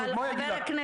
מה הוא יגיד לך?